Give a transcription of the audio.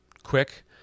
quick